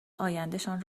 آیندهشان